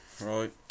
right